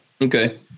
Okay